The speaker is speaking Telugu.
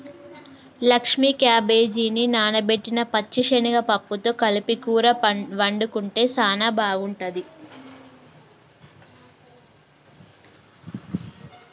లక్ష్మీ క్యాబేజిని నానబెట్టిన పచ్చిశనగ పప్పుతో కలిపి కూర వండుకుంటే సానా బాగుంటుంది